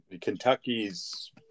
Kentucky's